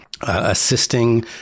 assisting